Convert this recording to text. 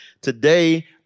Today